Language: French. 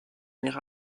mère